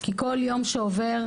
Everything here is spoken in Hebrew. כי כל יום שעובר,